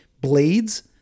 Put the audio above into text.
blades